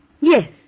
Yes